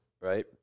right